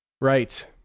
Right